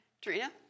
Trina